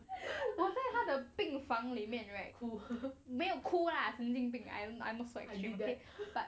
我在他的病房里面 right 哭和没有哭啦神经病 I I not so exaggerated